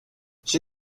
she